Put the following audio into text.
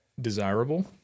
desirable